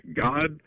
God